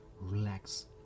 relax